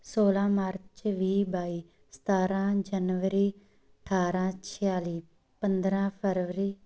ਸੋਲਾਂ ਮਾਰਚ ਵੀਹ ਬਾਈ ਸਤਾਰਾਂ ਜਨਵਰੀ ਅਠਾਰਾਂ ਛਿਆਲੀ ਪੰਦਰਾਂ ਫਰਵਰੀ